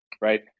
right